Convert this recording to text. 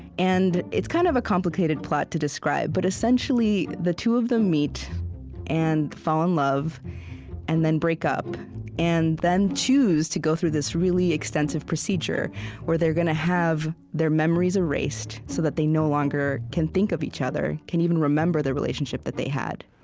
and it's kind of a complicated plot to describe, but essentially, the two of them meet and fall in love and then break up and then choose to go through this really extensive procedure where they're gonna have their memories erased so that they no longer can think of each other, can even remember the relationship that they had